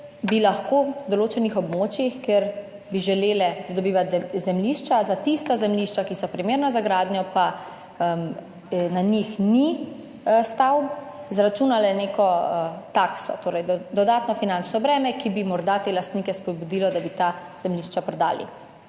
bi lahko v določenih območjih, kjer bi želele pridobivati zemljišča, za tista zemljišča, ki so primerna za gradnjo, pa na njih ni stavb, zaračunale neko takso, torej dodatno finančno breme, ki bi morda te lastnike spodbudila, da bi ta zemljišča prodali.